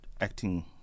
acting